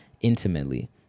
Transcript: intimately